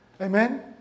Amen